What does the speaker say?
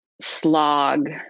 slog